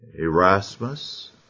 Erasmus